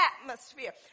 atmosphere